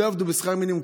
לא יעבדו בשכר מינימום,